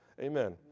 Amen